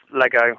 Lego